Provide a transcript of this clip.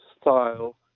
style